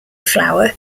flour